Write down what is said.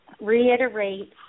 reiterate